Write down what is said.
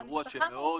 זה אירוע שמאוד --- נכון,